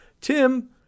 Tim